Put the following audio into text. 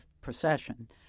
procession